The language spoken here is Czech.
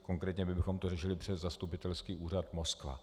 Konkrétně bychom to řešili přes zastupitelský úřad Moskva.